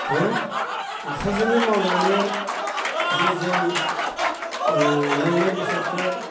हा आखाइजोनो मावनानै जे जों नांनाय बेसादखो